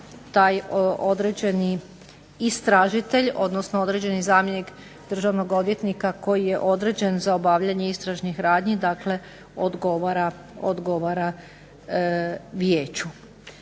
taj određeni istražitelj odnosno određeni zamjenik državnog odvjetnika koji je određen za obavljanje istražnih radnji odgovara vijeću.